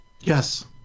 Yes